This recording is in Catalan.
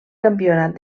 campionat